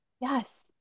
Yes